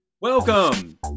Welcome